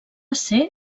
ser